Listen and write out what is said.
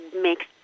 makes